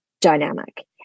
dynamic